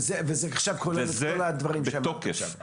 וזה כולל את כל הדברים שאמרת עכשיו.